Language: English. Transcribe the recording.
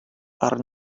are